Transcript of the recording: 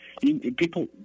People